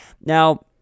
Now